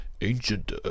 ancient